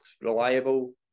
reliable